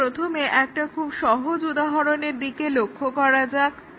তাহলে প্রথমে একটা খুব সহজ উদাহরণের দিকে লক্ষ্য করা যাক